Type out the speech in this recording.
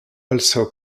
also